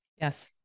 Yes